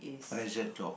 pressured job